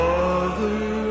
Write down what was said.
Father